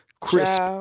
Crisp